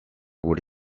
gure